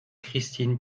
christine